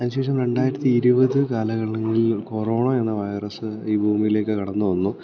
അതിനുശേഷം രണ്ടായിരത്തി ഇരുപത് കാലങ്ങളിൽ കൊറോണയെന്ന വൈറസ് ഈ ഭൂമിയിലേക്കു കടന്നുവന്നു